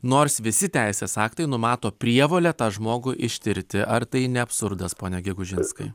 nors visi teisės aktai numato prievolę tą žmogų ištirti ar tai ne absurdas pone gegužinskui